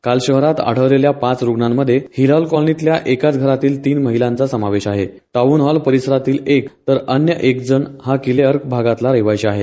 काल शहरात आढळलेल्या पाच रूग्णांमध्ये शहरातल्या हिलाल कॉलनीतल्या एकाच घरातील तीन महिलांचा समावेश आहे टाऊन हॉल परीसरातील एक तर अन्य एकजण हा किलेअर्क भागातल्या रहिवाशी आहे